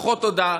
פחות הודעה,